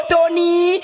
Tony